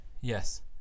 Yes